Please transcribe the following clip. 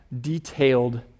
detailed